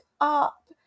up